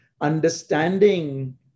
understanding